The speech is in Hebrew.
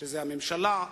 שזו הממשלה,